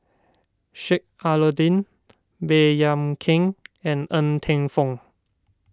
Sheik Alau'ddin Baey Yam Keng and Ng Teng Fong